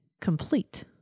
complete